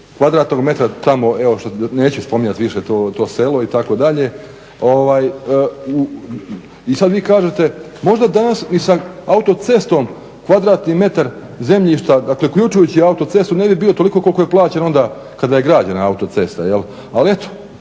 kvadratnog metra tema, evo neću spominjat više to selo itd. I sad vi kažete možda danas i sa autocestom kvadratni metar zemljišta, dakle uključujući i autocestu ne bi bio toliko koliko je plaćen onda kada je građena autocesta. Ali